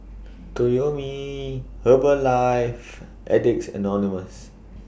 Toyomi Herbalife Addicts Anonymous